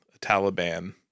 Taliban